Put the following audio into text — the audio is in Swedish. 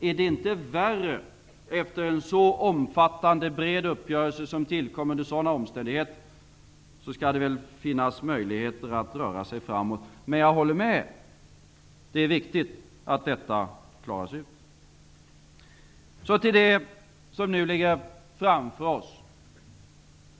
Om det inte är värre än så efter en så omfattande och bred uppgörelse som tillkom under sådana omständigheter, skall det väl finnas möjligheter att röra sig framåt. Men jag håller med om att det är viktigt att detta klaras ut. Låt mig nu gå över till det som ligger framför oss.